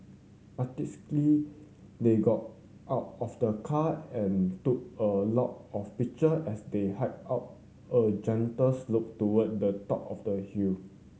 they got out of the car and took a lot of picture as they hiked up a gentle slope toward the top of the hill